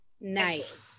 Nice